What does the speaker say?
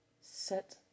set